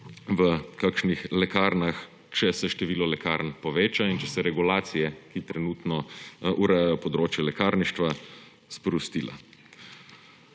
v kakšnih lekarnah, če se število lekarn poveča in če se regulacije, ki trenutno urejajo področje lekarništva, sprostijo.